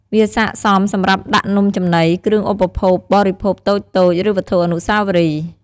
វាស័ក្តិសមសម្រាប់ដាក់នំចំណី គ្រឿងឧបភោគបរិភោគតូចៗ ឬវត្ថុអនុស្សាវរីយ៍។